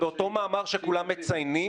באותו מאמר שכולם מציינים,